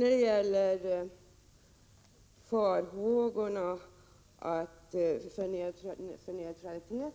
När det gäller farhågorna beträffande neutraliteten vill jag